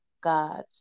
God